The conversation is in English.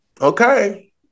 Okay